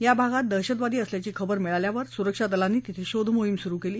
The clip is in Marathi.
या भागात दहशतवादी असल्याची खबर मिळाल्यावर सुरक्षा दलांनी तिथं शोध मोहीम सुरु केली